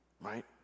Right